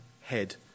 Head